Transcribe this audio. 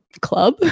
club